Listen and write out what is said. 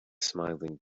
smiling